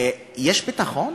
יש ביטחון?